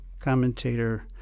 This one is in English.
commentator